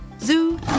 Zoo